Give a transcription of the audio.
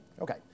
Okay